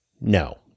no